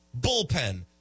Bullpen